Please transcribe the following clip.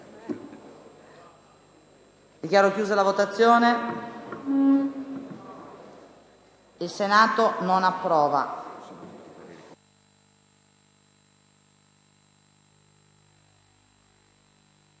**Il Senato non approva.**